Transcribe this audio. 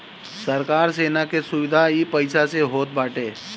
सरकार सेना के सुविधा इ पईसा से होत बाटे